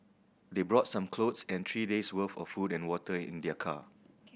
they brought some clothes and three days' worth of food and water in their car